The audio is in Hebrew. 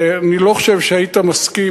אני לא חושב שהיית מסכים,